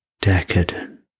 decadent